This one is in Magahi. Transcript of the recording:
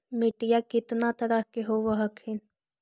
मिट्टीया कितना तरह के होब हखिन?